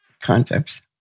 concepts